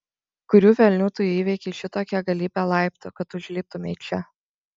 kurių velnių tu įveikei šitokią galybę laiptų kad užliptumei čia